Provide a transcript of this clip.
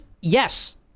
yes